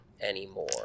anymore